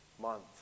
month